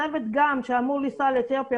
הצוות שאמור לנסוע לאתיופיה,